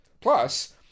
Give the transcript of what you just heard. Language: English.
Plus